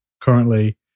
currently